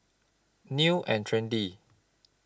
New and Trendy